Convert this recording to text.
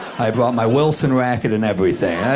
i brought my wilson racket and everything.